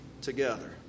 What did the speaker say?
together